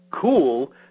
cool